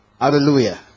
Hallelujah